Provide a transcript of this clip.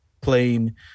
playing